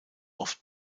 oft